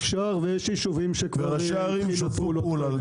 אפשר ויש ישובים שיש שיתוף פעולה.